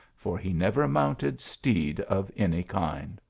for he never mounted steed of any kind.